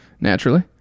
naturally